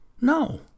No